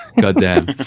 Goddamn